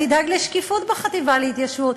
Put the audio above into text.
אני אדאג לשקיפות בחטיבה להתיישבות.